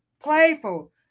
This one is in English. playful